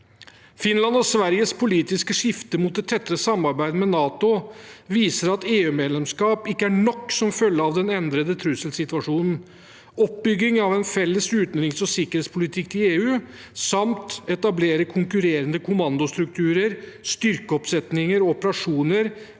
Finlands og Sveriges politiske skifte mot et tettere samarbeid med NATO viser at EU-medlemskap ikke er nok som følge av den endrede trusselsituasjonen. Oppbygging av en felles utenriks- og sikkerhetspolitikk i EU samt å etablere konkurrerende kommandostrukturer, styrkeoppsetninger og operasjoner,